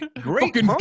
great